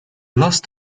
lost